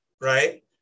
right